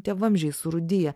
tie vamzdžiai surūdiję